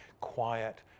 quiet